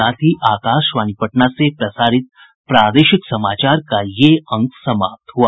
इसके साथ ही आकाशवाणी पटना से प्रसारित प्रादेशिक समाचार का ये अंक समाप्त हुआ